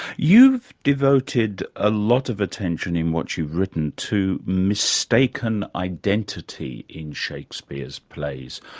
you've devoted a lot of attention in what you've written to mistaken identity in shakespeare's plays.